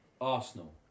Arsenal